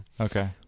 Okay